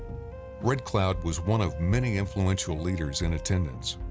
red cloud was one of many influential leaders in attendance.